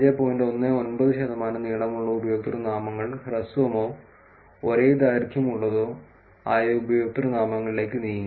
19 ശതമാനം നീളമുള്ള ഉപയോക്തൃനാമങ്ങൾ ഹ്രസ്വമോ ഒരേ ദൈർഘ്യമുള്ളതോ ആയ ഉപയോക്തൃനാമങ്ങളിലേക്ക് നീങ്ങി